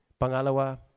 Pangalawa